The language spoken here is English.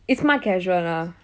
it's smart casual lah